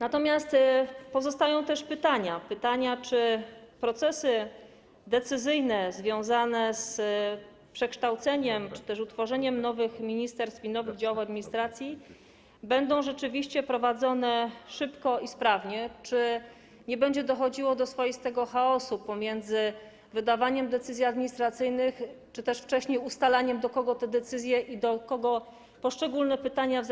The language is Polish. Natomiast pozostają też pytania, czy procesy decyzyjne związane z przekształceniem czy też utworzeniem nowych ministerstw i nowych działów administracji będą rzeczywiście prowadzone szybko i sprawnie, czy nie będzie dochodziło do swoistego chaosu, jeśli chodzi o wydawanie decyzji administracyjnych czy też wcześniej ustalanie, do kogo te decyzje idą, do kogo poszczególne pytania w